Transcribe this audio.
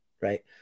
right